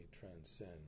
transcend